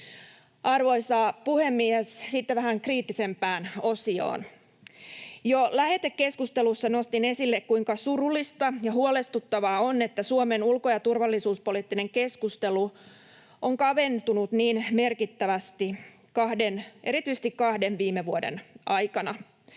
Arvoisa puhemies! Sitten vähän kriittisempään osioon. Jo lähetekeskustelussa nostin esille, kuinka surullista ja huolestuttavaa on, että Suomen ulko‑ ja turvallisuuspoliittinen keskustelu on kaventunut niin merkittävästi erityisesti kahden viime vuoden aikana.